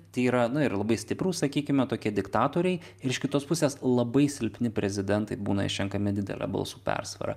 tai yra na ir labai stiprūs sakykime tokie diktatoriai ir iš kitos pusės labai silpni prezidentai būna išrenkami didele balsų persvara